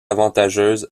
avantageuse